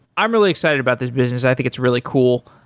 i'm really excited about this business. i think it's really cool.